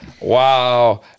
wow